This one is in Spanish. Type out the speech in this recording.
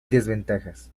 desventajas